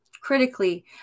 critically